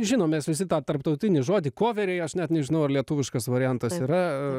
žinom mes visi tą tarptautinį žodį koveriai aš net nežinau ar lietuviškas variantas yra